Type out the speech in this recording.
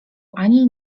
ani